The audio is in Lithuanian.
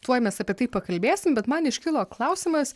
tuoj mes apie tai pakalbėsim bet man iškilo klausimas